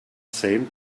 same